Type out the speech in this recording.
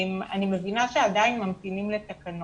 אני מבינה שעדיין ממתינים לתקנות.